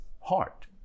heart